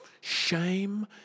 Shame